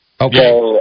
Okay